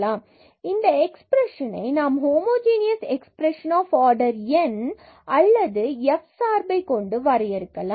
பின்பு இந்த எக்ஸ்பிரஷன் ஐ நாம் ஹோமோஜனியஸ் எக்ஸ்பிரஷன் ஆஃ ஆர்டர் எண் அல்லது fxy சார்பை கொண்டு நாம் வரையறுக்கலாம்